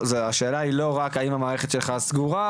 השאלה היא לא רק האם המערכת שלך סגורה,